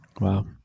Wow